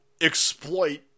exploit